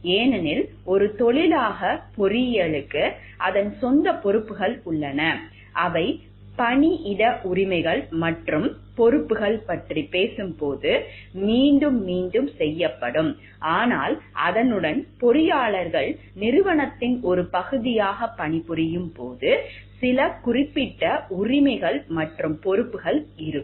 ஏனெனில் ஒரு தொழிலாக பொறியியலுக்கு அதன் சொந்த பொறுப்புகள் உள்ளன அவை பணியிட உரிமைகள் மற்றும் பொறுப்புகள் பற்றி பேசும்போது மீண்டும் மீண்டும் செய்யப்படும் ஆனால் அதனுடன் பொறியாளர்கள் நிறுவனத்தின் ஒரு பகுதியாக பணிபுரியும் போது சில குறிப்பிட்ட உரிமைகள் மற்றும் பொறுப்புகள் உள்ளன